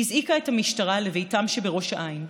הזעיקה את המשטרה לביתם שבראש העין.